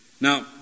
Now